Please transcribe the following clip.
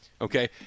Okay